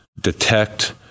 detect